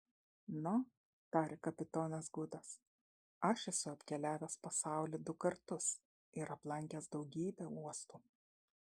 na tarė kapitonas gudas aš esu apkeliavęs pasaulį du kartus ir aplankęs daugybę uostų